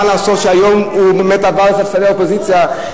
אבל מה לעשות שהוא עבר לספסלי האופוזיציה,